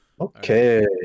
Okay